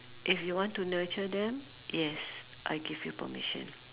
if you want to nurture them yes I give you permission